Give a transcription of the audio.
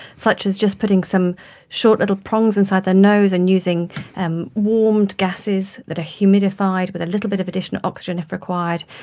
such as just putting some short little prongs inside their nose and using and warmed gases that are humidified, with a little bit of additional oxygen if required,